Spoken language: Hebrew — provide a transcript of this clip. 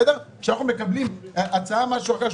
כשאנחנו מקבלים הצעה אחת,